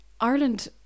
ireland